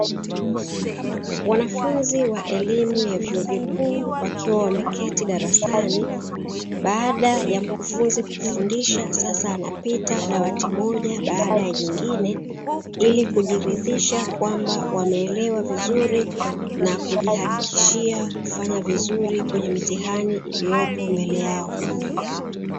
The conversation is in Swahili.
Wanafunzi wa elimu ya vyuo vikuu wakiwa wameketi darasani, baada ya mkufunzi kufundisha, sasa anapita dawati moja baada ya jingine ili kujiridhisha kwamba wameelewa vizuri na kujihakikishia kufanya vizuri kwenye mitihani iliyopo mbele yao.